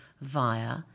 via